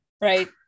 right